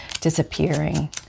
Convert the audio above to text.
disappearing